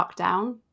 lockdown